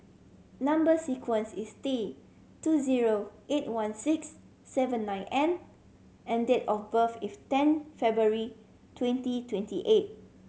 number sequence is T two zero eight one six seven nine N and date of birth is ten February twenty twenty eight